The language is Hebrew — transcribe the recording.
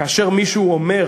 כאשר מישהו אומר